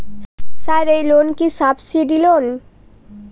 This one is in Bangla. স্যার এই লোন কি সাবসিডি লোন?